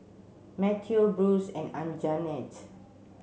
Matteo Bruce and Anjanette